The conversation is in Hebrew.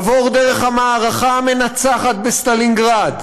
עבור דרך המערכה המנצחת בסטלינגרד,